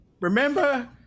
Remember